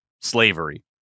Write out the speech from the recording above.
slavery